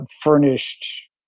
furnished